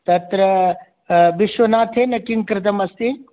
तत्र विश्वनाथेन किं कृतमस्ति